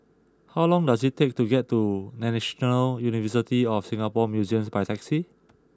how long does it take to get to National University of Singapore Museums by taxi